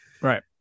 Right